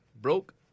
Broke